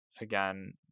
again